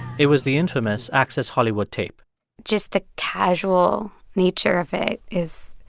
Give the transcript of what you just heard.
it was the infamous access hollywood tape just the casual nature of it is